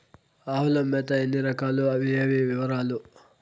ఆవుల మేత ఎన్ని రకాలు? అవి ఏవి? వివరాలు?